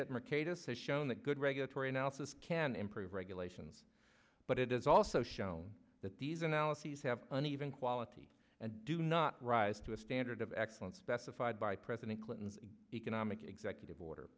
is shown that good regulatory analysis can improve regulations but it is also shown that these analyses have an even quality and do not rise to a standard of excellence specified by president clinton's economic executive order